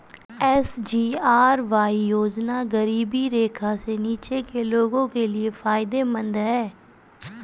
SGRY योजना गरीबी रेखा से नीचे के लोगों के लिए फायदेमंद है